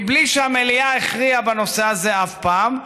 מבלי שהמליאה הכריעה בנושא הזה אף פעם,